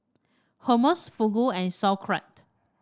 Hummus Fugu and Sauerkraut